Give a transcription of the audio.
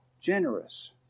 Generous